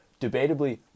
debatably